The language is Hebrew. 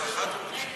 על אחת הוא רוצה.